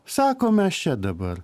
sakom aš čia dabar